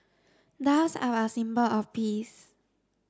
doves are a symbol of peace